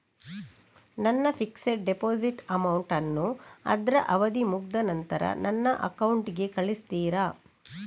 ನನ್ನ fixed deposit amount ಅನ್ನು ಅದ್ರ ಅವಧಿ ಮುಗ್ದ ನಂತ್ರ ನನ್ನ ಅಕೌಂಟ್ ಗೆ ಕಳಿಸ್ತೀರಾ?